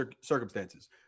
circumstances